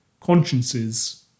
consciences